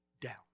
down